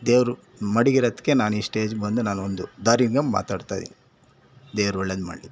ದೇವರು ಮಡಗಿರೋದ್ಕೆ ನಾನು ಈ ಸ್ಟೇಜಿಗೆ ಬಂದು ನಾನೊಂದು ದಾರಿಯಿಂದ ಮಾತಾಡ್ತಾಯಿದ್ದೀನಿ ದೇವ್ರು ಒಳ್ಳೇದು ಮಾಡಲಿ